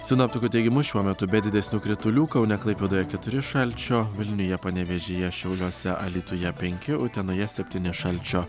sinoptikų teigimu šiuo metu be didesnių kritulių kaune klaipėdoje keturi šalčio vilniuje panevėžyje šiauliuose alytuje penki utenoje septyni šalčio